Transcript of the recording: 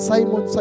Simon